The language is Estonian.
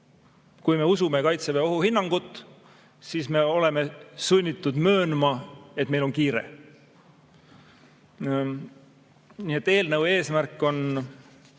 Kui me usume Kaitseväe ohuhinnangut, siis me oleme sunnitud möönma, et meil on kiire. Nii et eelnõu eesmärk on